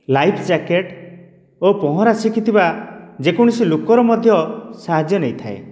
life jacket ଓ ପହଁରା ଶିଖିଥିବା ଯେକୌଣସି ଲୋକ ର ମଧ୍ୟ ସାହାଯ୍ୟ ନେଇଥାଏ